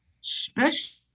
special